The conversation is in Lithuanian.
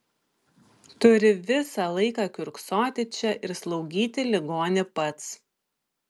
turi visą laiką kiurksoti čia ir slaugyti ligonį pats